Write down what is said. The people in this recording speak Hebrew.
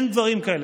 אין דברים כאלה,